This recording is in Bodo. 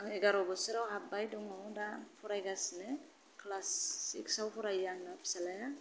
एघार' बोसोराव हाबबाय दङ दा फरायगासिनो क्लास सिक्सआव फरायो आंना फिसाज्लाया